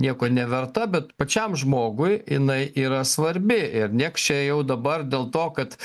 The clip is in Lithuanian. nieko neverta bet pačiam žmogui jinai yra svarbi ir nieks čia jau dabar dėl to kad